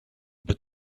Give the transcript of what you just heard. but